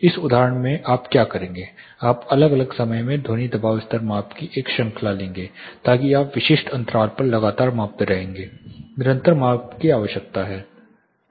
उस उदाहरण में आप क्या करेंगे आप अलग अलग समय में ध्वनि दबाव स्तर माप की एक श्रृंखला लेंगे ताकि आप विशिष्ट अंतराल पर लगातार मापते रहेंगे निरंतर माप की आवश्यकता है